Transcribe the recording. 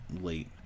late